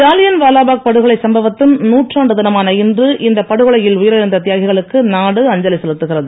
ஜாலியன் வாலாபாக் படுகொலை சம்பவத்தின் நூற்றாண்டு தினமான இன்று இந்தப் படுகொலையில் உயிரிழந்த தியாகிகளுக்கு நாடு செலுத்துகிறது